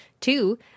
Two